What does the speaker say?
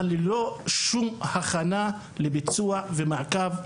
אבל ללא שום הכנה לביצוע ולמעקב בשטח.